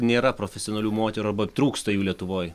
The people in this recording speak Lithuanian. nėra profesionalių moterų arba trūksta jų lietuvoj